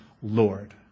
Lord